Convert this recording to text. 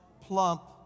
plump